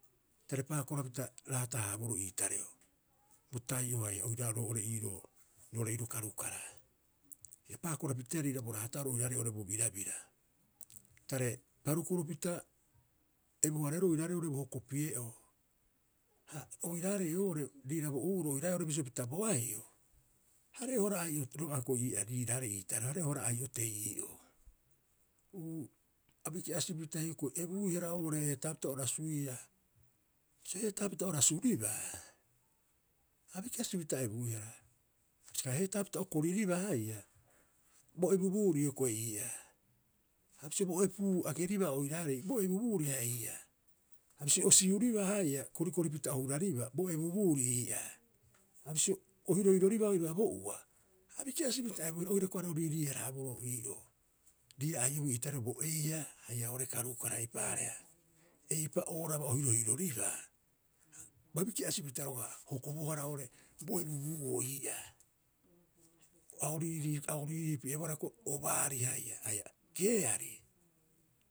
Tare paakorapita raata- haaboroo iitareo. Bo tai'o haia roira roo'ore ii roo roo'ore iiroo karukara. A paakora piteea riira bo raata'oro oiraarei bo birabira. Tare parukoropita ebu- hareeroo oiraarei oo'ore bo hokopi'e'oo, ha oiraarei oo'ore riira bo ou'oro bisio pita bo ai'o, hare'ohara ai'o roga'a hioko'i riiraarei ii tareo, hare'ohara ai'o tei ii'oo. Uu, abiki'asipita hioko'i ebuihara oo'ore heetapita o rasuia. Bisio heetaapita o rasuribaa, a biki'asipita ebuihara, ha heetaapita o koriribaa haia bo ebubuuri hioko'i ii'aa, haia bisio bo epuu ageribaa oiraarei bo ebubuu haia ii'aa, ha bisio o siuribaa haia, korikoripita o huraribaa bo ebubuuri ii'aa, ha bisio o hirohiroribaa oiraba bo'ua, a biki'asipita ebuihara, oira hioko'i are o riirii- haraaboroo ii'oo. Riira ai'obuu ii tareo bo eiha haia oo'ore karukara, eipaareha, eipa'ooraba o hirohiroribaa a biki'asipita roga'a hokobohara oo'ore bo ebubuu'oo ii'aa. A o riirii, a o riiriipi'ebohara hioko'i o baari haia, haia keeari.